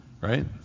Right